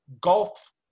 golf